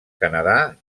canadà